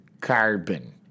carbon